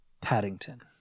Paddington